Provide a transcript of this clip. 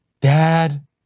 Dad